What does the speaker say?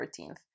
14th